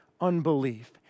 unbelief